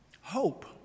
Hope